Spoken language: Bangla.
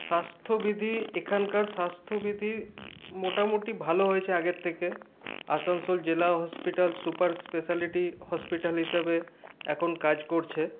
স্বাস্থ্যবিধি এখানকার স্বাস্থ্যবিধি মোটামুটি ভালো হয়েছে আগের থেকে আসানসোল জেলা হসপিটাল সুপার স্পেশালিটি হসপিটাল হিসাবে এখন কাজ করছে